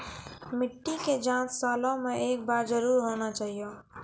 मिट्टी के जाँच सालों मे एक बार जरूर होना चाहियो?